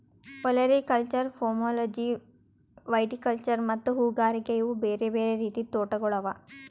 olericulture, pomology, viticulture ಮತ್ತ ಹೂಗಾರಿಕೆ ಇವು ಬೇರೆ ಬೇರೆ ರೀತಿದ್ ತೋಟಗೊಳ್ ಅವಾ